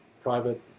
private